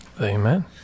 amen